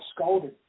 scolded